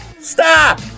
Stop